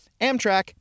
Amtrak